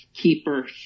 Keeper